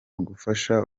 gufasha